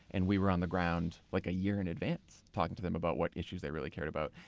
and we were on the ground like a year in advance talking to them about what issues they really cared about.